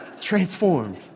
transformed